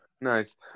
nice